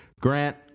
Grant